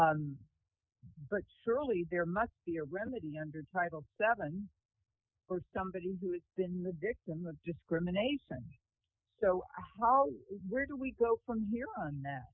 about but surely there must be a remedy under title seven or somebody who has been the victim of discrimination so how where do we go from here on that